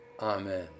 AMEN